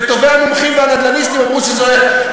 וטובי המומחים והנדל"ניסטים אמרו שזה לא,